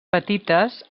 petites